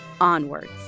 Onwards